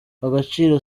agaciro